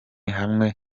hamwe